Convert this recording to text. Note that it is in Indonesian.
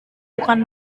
bukan